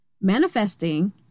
Manifesting